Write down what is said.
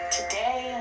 today